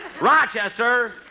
Rochester